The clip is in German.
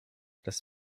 das